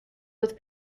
with